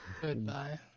Goodbye